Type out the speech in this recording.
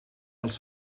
els